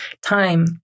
time